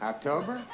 October